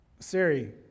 siri